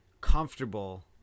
comfortable